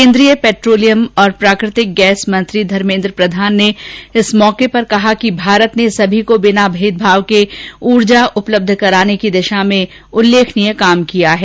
केन्द्रीय पैट्रोलियम और प्राकृतिक गैस मंत्री धर्मेन्द्र प्रधान ने इस अवसर पर कहा कि भारत ने सभी को बिना भेदभाव के ऊर्जा उपलब्ध कराने की दिशा में उल्लेखनीय काम किया है